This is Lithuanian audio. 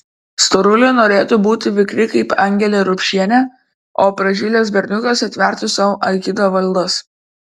storulė norėtų būti vikri kaip angelė rupšienė o pražilęs berniukas atvertų sau aikido valdas